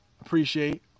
appreciate